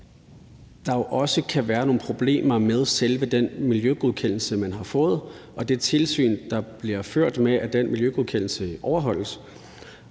der jo også kan være nogle problemer med selve den miljøgodkendelse, man har fået, og det tilsyn, der bliver ført med, at indholdet i den miljøgodkendelse overholdes.